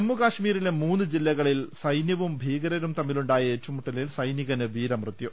ജമ്മുകശ്മീരിലെ മൂന്ന് ജില്ലകളിൽ സൈന്യവും ഭീകരരും തമ്മിലുണ്ടായ ഏറ്റുമുട്ടലിൽ സൈനികന് വീരമൃത്യു